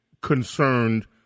concerned